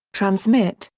transmit,